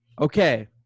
Okay